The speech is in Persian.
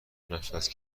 نفس